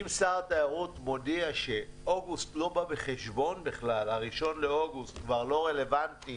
אם שר התיירות מודיע ש-1 באוגוסט כבר לא רלוונטי